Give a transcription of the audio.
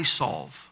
solve